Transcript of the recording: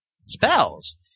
spells